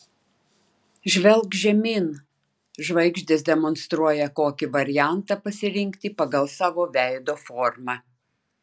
žvelk žemyn žvaigždės demonstruoja kokį variantą pasirinkti pagal savo veido formą